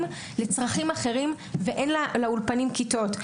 לצרכים אחרים ואין לאולפנים כיתות.